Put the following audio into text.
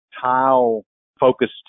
tile-focused